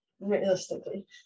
realistically